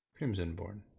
Crimsonborn